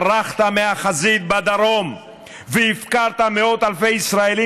ברחת מהחזית בדרום והפקרת מאות אלפי ישראלים,